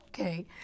Okay